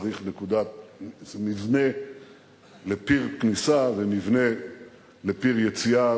צריך מבנה לפיר כניסה ומבנה לפיר יציאה,